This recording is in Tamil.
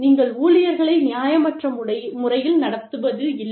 நீங்கள் ஊழியர்களை நியாயமற்ற முறையில் நடத்துவதில்லை